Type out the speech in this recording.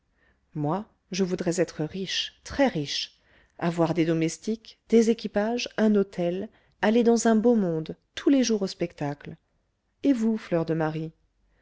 moi je voudrais être riche très-riche avoir des domestiques des équipages un hôtel aller dans un beau monde tous les jours au spectacle et vous fleur de marie